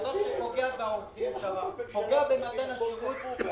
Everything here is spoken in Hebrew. דבר שפוגע בעובדים ופוגע במתן השירות.